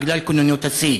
בגלל כוננות השיא.